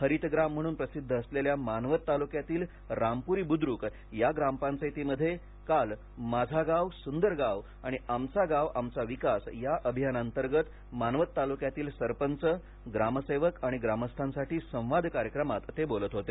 हरित ग्राम म्हणून प्रसिद्ध असलेल्या मानवत तालुक्यातील रामपुरी बुद्दुक या ग्रामपंचायतीमध्ये गुरुवार काल माझा गाव सुंदर गाव आणि आमचा गाव आमचा विकास या अभियानांतर्गत मानवत तालुक्यातील सरपंच ग्रामसेवक आणि ग्रामस्थांसाठी संवाद कार्यक्रमाते ते बोलत होते